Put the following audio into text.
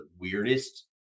weirdest